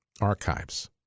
archives